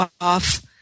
off